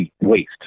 waste